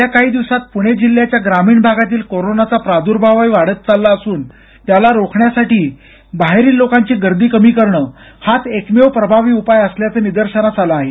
गेल्या काही दिवसात पूणे जिल्ह्याच्या ग्रामीण भागातील कोरोनाचा प्रादूर्भावही वाढत चालला असून त्याला रोखण्यासाठी बाहेरील लोकांची गर्दी कमी करणं हाच एकमेव प्रभावी उपाय असल्याचं निदर्शनास आलं आहे